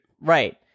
right